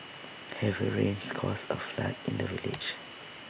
heavy rains caused A flood in the village